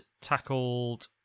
tackled